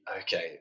okay